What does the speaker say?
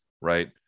right